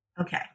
Okay